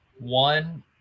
One